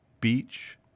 Beach